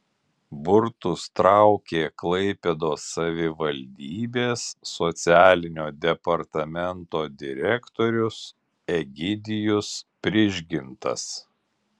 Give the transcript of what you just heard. burtus traukė klaipėdos savivaldybės socialinio departamento direktorius egidijus prižgintas